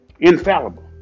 infallible